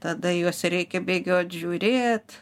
tada juos reikia bėgiot žiūrėt